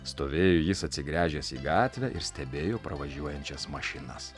stovėjo jis atsigręžęs į gatvę ir stebėjo pravažiuojančias mašinas